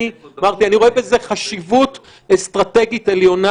אמרתי שאני רואה בזה חשיבות אסטרטגית עליונה,